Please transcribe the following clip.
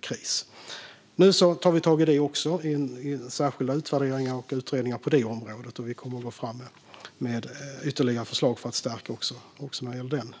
kris. Nu tar vi tag i dessa frågor i särskilda utvärderingar och utredningar, och vi kommer att lägga fram ytterligare förslag för att stärka de frågorna.